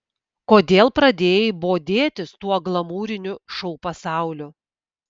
kodėl pradėjai bodėtis tuo glamūriniu šou pasauliu